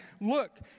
Look